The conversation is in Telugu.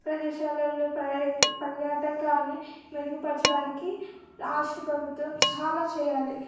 ప్రదేశాలలో పర్ పర్యాటకాన్ని మెరుగుపర్చడానికి రాష్ట్ర ప్రభుత్వం చాలా చెయ్యాలి